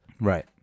right